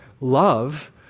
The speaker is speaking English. love